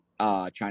China